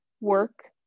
work